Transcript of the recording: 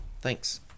Thanks